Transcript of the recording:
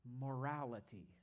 morality